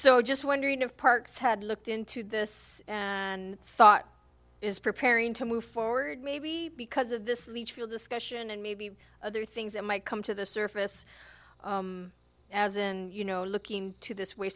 i'm just wondering if parks had looked into this and thought is preparing to move forward maybe because of this leitchfield discussion and maybe other things that might come to the surface as in you know looking to this